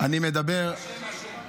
איפה גפני?